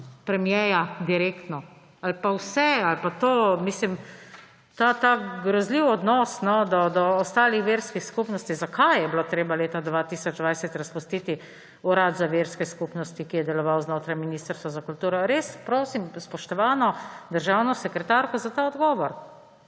premiera direktno ali pa vse ali pa to, mislim, ta grozljiv odnos do ostalih verskih skupnosti. Zakaj je bilo treba leta 2020 razpustiti urad za verske skupnosti, ki je deloval znotraj Ministrstva za kulturo? Res, prosim, spoštovano državno sekretarko za ta odgovor.